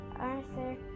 Arthur